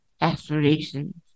aspirations